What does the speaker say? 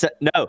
No